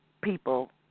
people